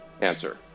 answer